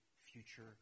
future